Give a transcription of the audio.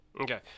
Okay